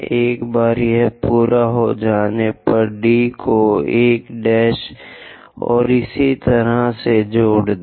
एक बार यह पूरा हो जाने पर D को 1 और इसी तरह से जोड़ दें